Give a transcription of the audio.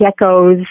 geckos